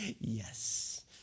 yes